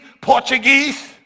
Portuguese